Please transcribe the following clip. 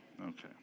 Okay